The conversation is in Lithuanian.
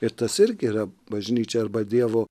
ir tas irgi yra bažnyčia arba dievo